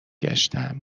گشتم